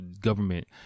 government